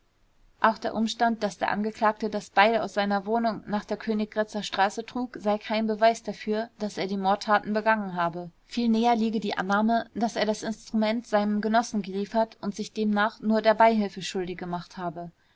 auch der umstand daß der angeklagte das beil aus seiner wohnung nach der königgrätzer straße trug sei kein beweis dafür daß er die mordtaten begangen habe viel näher liege die annahme daß er das instrument seinem genossen geliefert und sich demnach nur der beihilfe schuldig gemacht habe